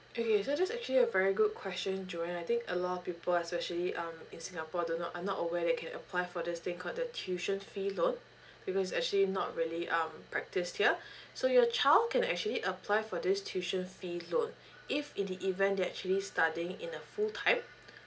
okay so that's actually a very good question johan I think a lot of people especially um in singapore do not uh not aware they can apply for this thing called the tuition fee loan because actually not really um practice tier so your child can actually apply for this tuition fee loan if in the event that actually studying in a full time